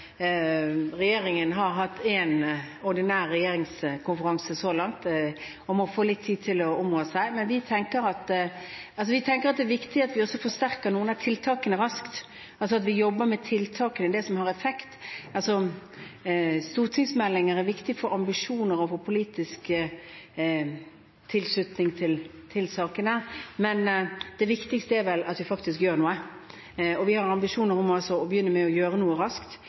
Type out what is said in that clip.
Regjeringen har hatt én ordinær regjeringskonferanse så langt og må få litt tid til å områ seg. Men vi tenker at det er viktig at vi forsterker noen av tiltakene raskt, altså at vi jobber med tiltakene, med det som har effekt. Stortingsmeldinger er viktige med tanke på ambisjoner og politisk tilslutning til sakene, men det viktigste er at vi faktisk gjør noe, og vi har ambisjoner om å begynne å gjøre noe raskt.